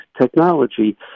technology